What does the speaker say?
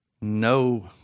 no